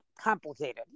complicated